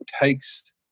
takes